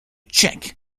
cheque